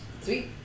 Sweet